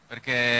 Perché